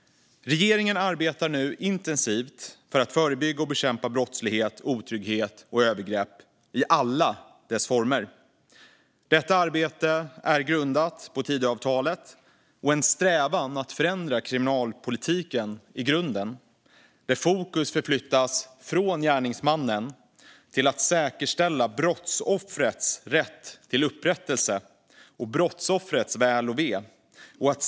Regeringen arbetar nu intensivt för att förebygga och bekämpa brottslighet, otrygghet och övergrepp i alla dess former. Detta arbete är grundat på Tidöavtalet och är en strävan att förändra kriminalpolitiken i grunden. Fokus förflyttas från gärningsmannen till att säkerställa brottsoffrets rätt till upprättelse och brottsoffrets väl och ve.